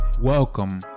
welcome